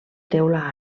teula